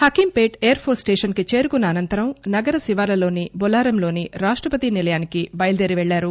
Hakimpet air force station కి చేరుకున్న అనంతరం నగర శివార్లలో టొల్లారంలోని రాష్టపతి నిలయానికి బయల్లేరారు